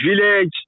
village